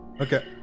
Okay